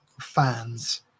fans